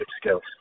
skills